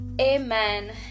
amen